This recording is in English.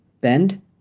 bend